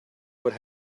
what